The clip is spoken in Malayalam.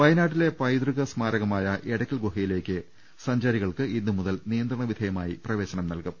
വയനാട്ടിലെ പൈതൃക സ്മാരകമായ എടയ്ക്കൽ ഗുഹയിലേക്ക് സഞ്ചാരികൾക്ക് ഇന്നുമുതൽ നിയന്ത്രണ വിധേയമായി പ്രവേശനം നൽകും